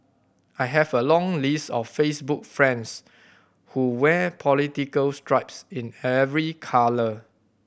I have a long list of Facebook friends who wear political stripes in every colour